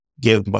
give